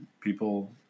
people